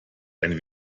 ein